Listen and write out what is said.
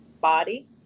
body